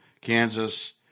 Kansas